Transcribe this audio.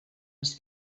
els